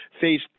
Phase